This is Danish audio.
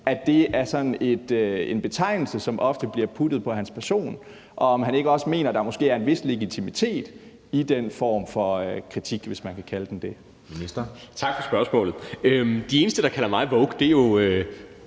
at det er sådan en betegnelse, som ofte bliver puttet på hans person, og om han ikke også mener, at der måske er en vis legitimitet i den form for kritik, hvis man kan kalde den det. Kl. 11:56 Anden næstformand (Jeppe Søe):